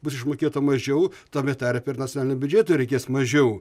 bus išmokėta mažiau tame tarpe ir nacionaliniam biudžetui reikės mažiau